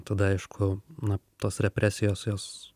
tada aišku na tos represijos jos